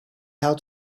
how